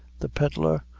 the pedlar,